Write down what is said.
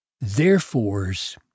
Therefore's